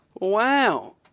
Wow